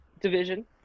division